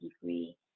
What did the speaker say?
degree